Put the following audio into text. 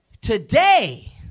today